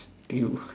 still